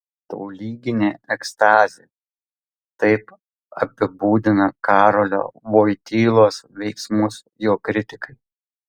tolyginė ekstazė taip apibūdina karolio voitylos veiksmus jo kritikai